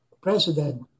president